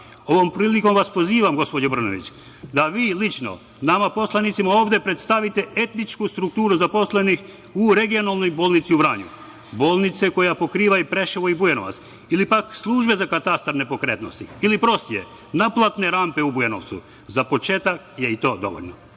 Ovom prilikom vas pozivam, gospođo Brnabić, da vi lično nama poslanicima ovde predstavite etničku strukturu zaposlenih u regionalnoj bolnici u Vranju, bolnici koja pokriva i Preševo i Bujanovac ili pak službe za katastar nepokretnosti ili prostije – naplatne rampe u Bujanovcu. Za početak je i to dovoljno. Poštovani